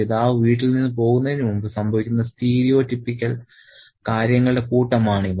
പിതാവ് വീട്ടിൽ നിന്ന് പോകുന്നതിനുമുമ്പ് സംഭവിക്കുന്ന സ്റ്റീരിയോറ്റിപ്പിക്കൽ കാര്യങ്ങളുടെ കൂട്ടമാണ് ഇവ